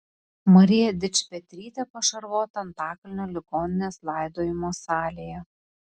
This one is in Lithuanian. marija dičpetrytė pašarvota antakalnio ligoninės laidojimo salėje